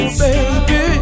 baby